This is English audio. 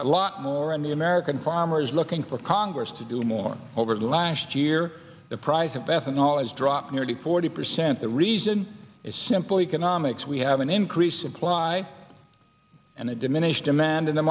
a lot more on the american farmers looking for congress to do more over the last year the price of ethanol has dropped nearly forty percent the reason is simple economics we have an increased supply and a diminished demand in the